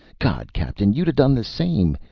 god, captain, you'da done the same.